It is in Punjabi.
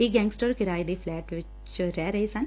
ਇਹ ਗੈਾਂਗਸਟਰ ਕਿਰਾਏ ਤੇ ਫਲੈਟ ਲੈ ਕੇ ਰਹਿ ਰਹੇ ਸਨ